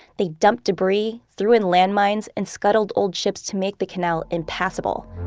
they dumped debris, threw in landmines and scuttled old ships to make the canal impassable.